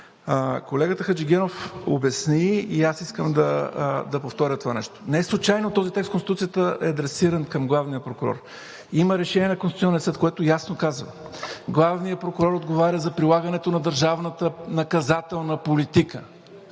Колегата Хаджигенов обясни и аз искам да повторя това нещо. Неслучайно този текст в Конституцията е адресиран към главния прокурор. Има решение на Конституционния съд, което ясно казва: „Главният прокурор отговаря за прилагането на държавната наказателна политика“,